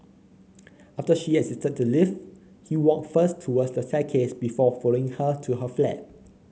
after she exited the lift he walked first towards the staircase before following her to her flat